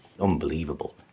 unbelievable